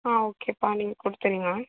ஆ ஓகேப்பா நீங்கள் கொடுத்துடுங்க